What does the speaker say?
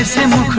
him